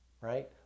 right